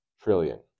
trillion